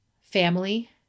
family